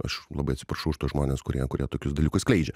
aš labai atsiprašau už tuos žmones kurie kurie tokius dalykus skleidžia